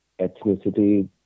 ethnicity